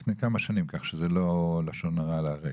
זה היה לפני כמה שנים כך שזאת לא לשון הרע לעכשיו.